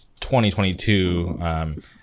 2022